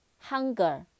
Hunger